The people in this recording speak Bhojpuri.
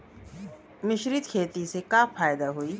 मिश्रित खेती से का फायदा होई?